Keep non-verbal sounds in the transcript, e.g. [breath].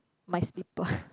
my slipper [breath]